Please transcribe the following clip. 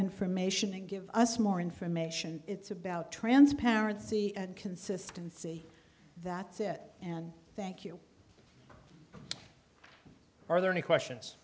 information and give us more information it's about transparency and consistency that's it and thank you are there any questions